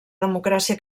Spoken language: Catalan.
democràcia